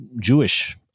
Jewish